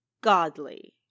godly